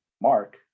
Mark